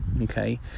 okay